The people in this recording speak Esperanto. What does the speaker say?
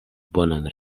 bonan